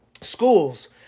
schools